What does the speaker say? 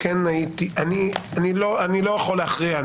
אני לא יכול להכריע.